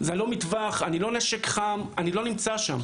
זה לא מטווח, אני לא נשק חם, אני לא נמצא שם.